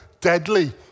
deadly